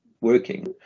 working